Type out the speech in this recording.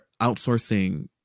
outsourcing